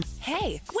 hey